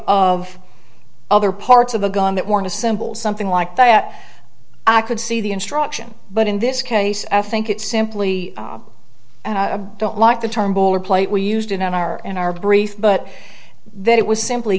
of other parts of the gun that weren't assembled something like that i could see the instruction but in this case i think it simply don't like the term boilerplate we used in our and our brief but that it was simply